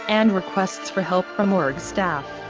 and requests for help from org staff,